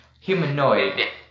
Humanoid